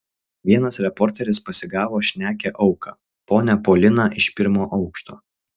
vienas reporteris pasigavo šnekią auką ponią poliną iš pirmo aukšto